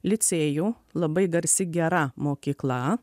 licėjų labai garsi gera mokykla